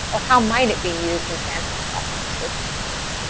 or how might it be used in stanford classrooms with your students?